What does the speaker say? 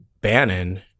Bannon